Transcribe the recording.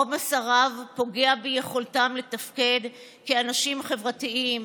העומס הרב פוגע ביכולתם לתפקד כאנשים חברתיים,